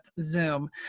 Zoom